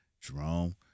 Jerome